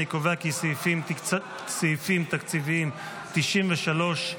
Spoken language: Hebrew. אני קובע כי סעיפים תקציביים 93,